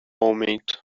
aumento